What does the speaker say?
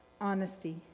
honesty